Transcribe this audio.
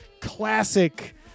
classic